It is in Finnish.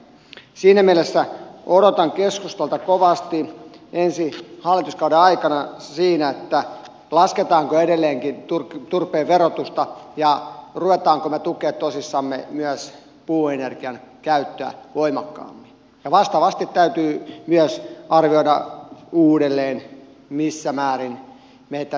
siinä mielessä odotan keskustalta kovasti ensi hallituskauden aikana sen suhteen lasketaanko edelleenkin turpeen verotusta ja rupeammeko me tukemaan tosissamme myös puuenergian käyttöä voimakkaammin ja vastaavasti täytyy myös arvioida uudelleen missä määrin me tätä tuulivoimalan sähköntuotantoa tuemme